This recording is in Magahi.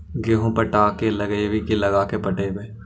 गेहूं पटा के लगइबै की लगा के पटइबै?